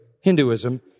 Hinduism